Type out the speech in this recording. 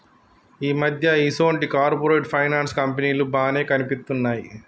ఈ మధ్య ఈసొంటి కార్పొరేట్ ఫైనాన్స్ కంపెనీలు బానే కనిపిత్తున్నయ్